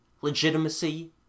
legitimacy